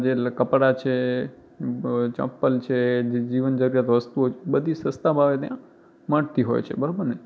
જે કપડાં છે ચંપલ છે જે જીવન જરૂરિયાતની વસ્તુ છે બધી સસ્તા ભાવે ત્યાં મળતી હોય છે બરાબર ને